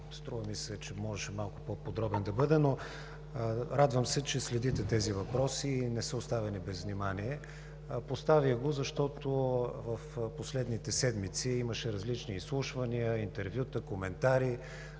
струва ми се, можеше да бъде малко по-подробен. Радвам се, че следите тези въпроси и не са оставени без внимание. Поставих го, защото в последните седмици имаше различни изслушвания, интервюта, коментари.